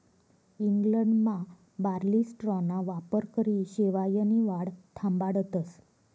इंग्लंडमा बार्ली स्ट्राॅना वापरकरी शेवायनी वाढ थांबाडतस